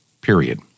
period